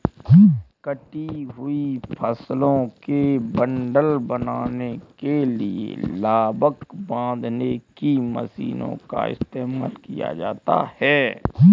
कटी हुई फसलों के बंडल बनाने के लिए लावक बांधने की मशीनों का इस्तेमाल किया जाता है